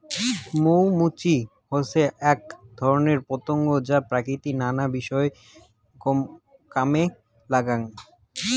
মৌ মুচি হসে আক ধরণের পতঙ্গ যা প্রকৃতির নানা বিষয় কামে লাগাঙ